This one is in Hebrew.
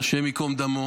השם ייקום דמו,